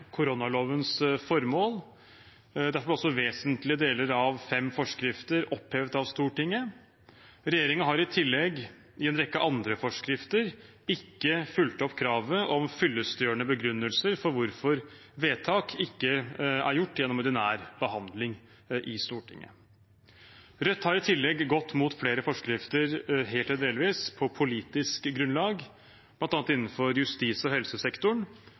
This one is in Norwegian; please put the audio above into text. formål. Derfor blir også vesentlige deler av fem forskrifter opphevet av Stortinget. Regjeringen har i tillegg i en rekke andre forskrifter ikke fulgt opp kravet om fyllestgjørende begrunnelser for hvorfor vedtak ikke er gjort gjennom ordinær behandling i Stortinget. Rødt har i tillegg gått helt eller delvis imot flere forskrifter på politisk grunnlag, bl.a. innenfor justis- og helsesektoren,